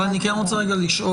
אני כן רוצה לשאול.